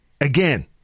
again